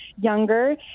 younger